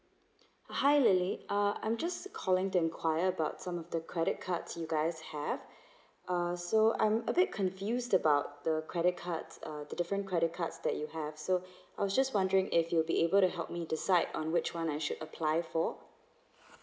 hi lily uh I'm just calling to inquire about some of the credit cards you guys have uh so I'm a bit confused about the credit cards uh the different credit cards that you have so I was just wondering if you'll be able to help me decide on which one I should apply for